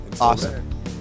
Awesome